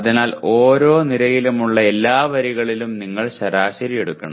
അതിനാൽ ഓരോ നിരയിലുമുള്ള എല്ലാ വരികളിലും നിങ്ങൾ ശരാശരി എടുക്കണം